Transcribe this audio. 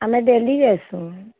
ଆମେ ଡେଲି ଯାଏସୁଁ